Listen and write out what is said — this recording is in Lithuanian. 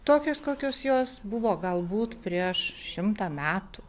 tokias kokios jos buvo galbūt prieš šimtą metų